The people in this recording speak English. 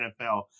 NFL